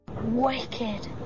Wicked